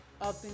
up